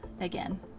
again